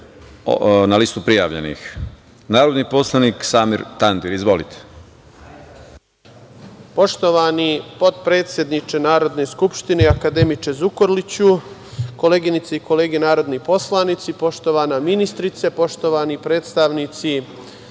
na listu prijavljenih. Narodni poslanik Samir Tandir ima reč. Izvolite. **Samir Tandir** Poštovani potpredsedniče Narodne skupštine, akademiče Zukorliću, koleginice i kolege narodni poslanici, poštovana ministarko, poštovani predstavnici